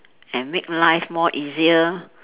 and make life more easier